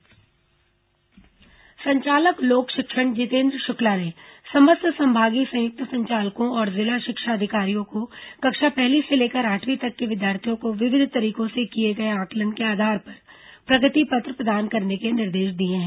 शिक्षा आंकलन संचालक लोक शिक्षण जितेन्द्र शुक्ला ने समस्त संभागीय संयुक्त संचालकों और जिला शिक्षा अधिकारियों को कक्षा पहली से लेकर आठवीं तक के विद्यार्थियों को विविध तरीकों से किए गए आंकलन के आधार पर प्रगति पत्र प्रदान करने के निर्देश दिए हैं